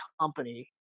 company